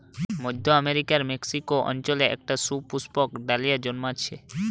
মধ্য আমেরিকার মেক্সিকো অঞ্চলে একটা সুপুষ্পক ডালিয়া জন্মাচ্ছে